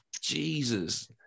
Jesus